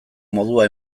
modua